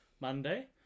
Monday